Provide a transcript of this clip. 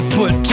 put